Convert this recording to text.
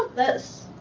this?